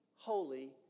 Holy